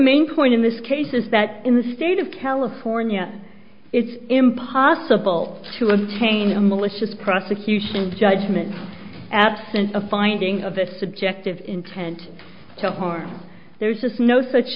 main point in this case is that in the state of california it's impossible to obtain a malicious prosecution judgment absent a finding of a subjective intent to harm there's no such